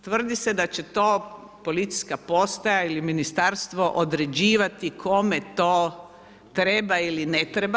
Tvrdi se da će to policijska postaja ili ministarstvo određivati kome to treba ili ne treba.